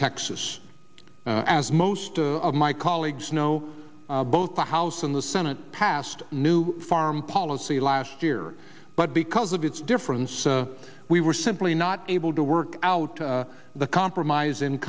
texas as most of my colleagues know both the house and the senate passed new farm policy last year but because of its differences we were simply not able to work out the compromise